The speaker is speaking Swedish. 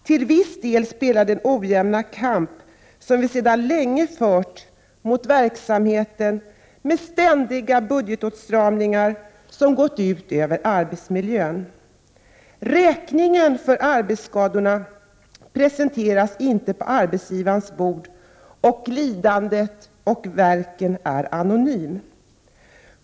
Till viss del speglar det den ojämna kamp som vi sedan länge har fört mot en verksamhet med ständiga budgetåtstramningar som har gått ut över arbets miljön. Räkningen för arbetsskadorna presenteras inte på arbetsgivarens bord. Lidandena och värken är anonyma.